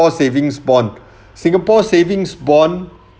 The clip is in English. savings bond singapore savings bond